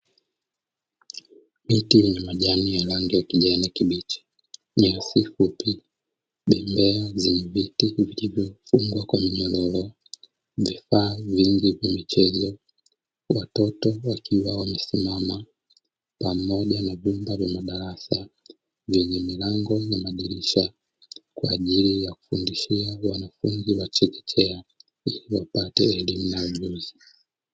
Miti na majani ya rangi ya kijani kibichi, nyasi fupi, bembea zenye viti, zilozofungwa kwa minyororo. Vifaa vingi vya michezo, watoto wakiwa wamesimama pamoja na vyumba vya madarasa vyenye milango na madirisha kwa ajili ya kufundishia wanafunzi wa chekechea ili wapate elimu na ujuzi.